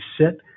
sit